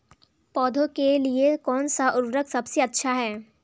पौधों के लिए कौन सा उर्वरक सबसे अच्छा है?